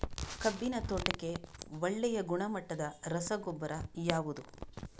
ಕಬ್ಬಿನ ತೋಟಕ್ಕೆ ಒಳ್ಳೆಯ ಗುಣಮಟ್ಟದ ರಸಗೊಬ್ಬರ ಯಾವುದು?